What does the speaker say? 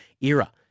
era